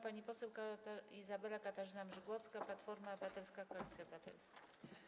Pani poseł Izabela Katarzyna Mrzygłocka, Platforma Obywatelska - Koalicja Obywatelska.